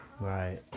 Right